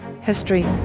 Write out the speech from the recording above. history